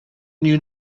you